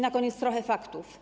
Na koniec trochę faktów.